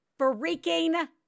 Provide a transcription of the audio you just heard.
freaking